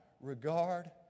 regard